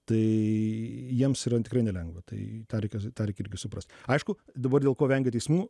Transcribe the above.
tai jiems yra tikrai nelengva tai tą reikia tą reik irgi suprast aišku dabar dėl ko vengia teismų